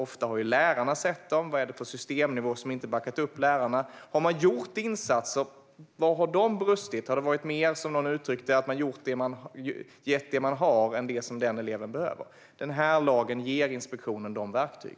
Ofta har ju lärarna sett dem, men vad är det på systemnivå som inte har backat upp lärarna? Och om man har gjort insatser, var har de brustit någonstans? Har man hellre, som någon uttryckte det, gett det man har i stället för det som eleven behöver? Den här lagen ger Skolinspektionen dessa verktyg.